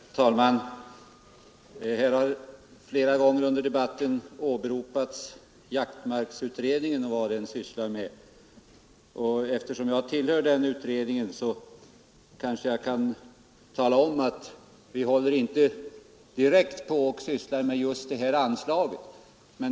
Herr talman! Här har flera gånger under debatten åberopats jaktmarksutredningen och vad den sysslar med. Eftersom jag tillhör den utredningen kanske jag bör tala om att vi inte direkt sysslar med just det här anslaget.